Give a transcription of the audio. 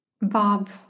Bob